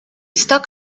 stuck